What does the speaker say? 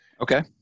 Okay